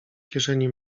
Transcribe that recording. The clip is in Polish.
kieszeni